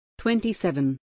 27